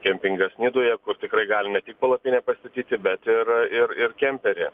kempingas nidoje kur tikrai gali ne tik palapinę pastatyti bet ir ir ir kemperį